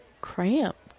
cramped